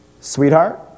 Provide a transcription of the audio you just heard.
sweetheart